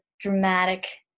dramatic